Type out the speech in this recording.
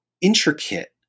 intricate